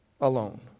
alone